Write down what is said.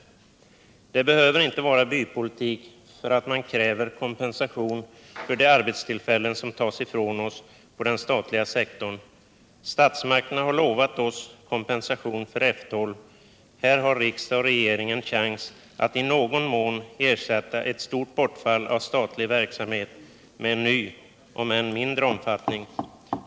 Det behöver inte vara bypolitik att kräva kompensation för de arbetstillfällen som tas ifrån en på den statliga sektorn. Statsmakterna har lovat oss kompensation för F 12 — här har riksdag och regering en chans att i någon mån ersätta ett stort bortfall av statlig verksamhet med en ny, om än i mindre omfattning.